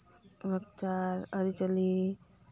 ᱞᱟᱠᱪᱟᱨ ᱟᱹᱨᱤᱪᱟᱹᱞᱤ